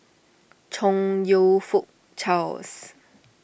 Chong You Fook Charles